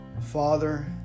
Father